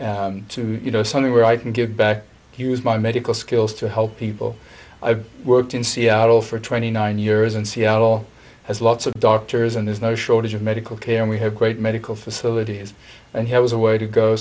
in to you know something where i can give back here's my medical skills to help people i've worked in seattle for twenty nine years in seattle has lots of doctors and there's no shortage of medical care and we have great medical facilities and here was a way to go